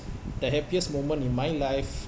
the happiest moment in my life